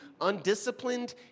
undisciplined